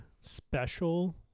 special